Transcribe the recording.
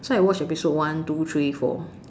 so I watch episode one two three four